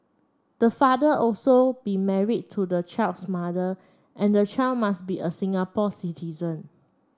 the father also be married to the child's mother and the child must be a Singapore citizen